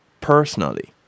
personally